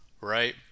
right